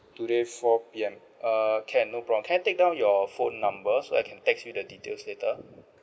today four P_M err can no problem can I take down your phone number so I can text you the details later